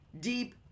deep